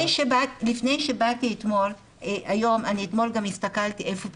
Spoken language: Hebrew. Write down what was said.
לפני שבאתי היום אני אתמול גם הסתכלתי איפה זה